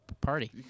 party